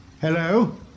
Hello